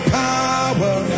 power